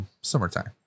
summertime